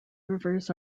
rivers